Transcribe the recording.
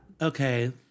Okay